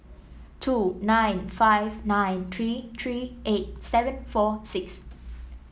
two nine five nine three three eight seven four six